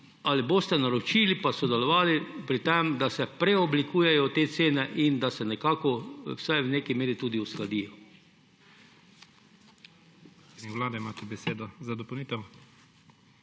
Ali boste naročili pa sodelovali pri tem, da se te cene preoblikujejo in da se nekako vsaj v neki meri tudi uskladijo?